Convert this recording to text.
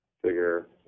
figure